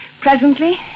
Presently